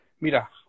Mira